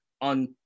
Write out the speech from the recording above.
on